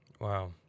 Wow